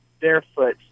barefoot